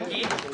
הוא הגיש,